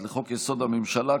לחוק-יסוד: הממשלה,